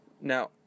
Now